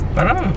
Parang